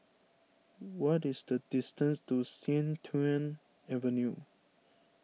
what is the distance to Sian Tuan Avenue